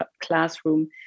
classroom